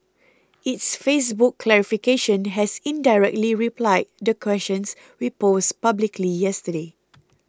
its Facebook clarification has indirectly replied the questions we posed publicly yesterday